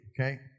okay